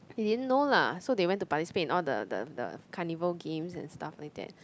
they didn't know lah so they went to participate in all the the the carnival games and stuff like that